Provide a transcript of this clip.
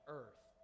earth